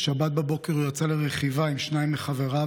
בשבת בבוקר הוא יצא לרכיבה עם שניים מחבריו,